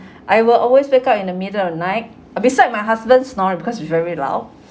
I will always wake up in the middle of the night uh beside my husband snore because it's very loud